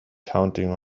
counting